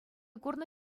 курнӑ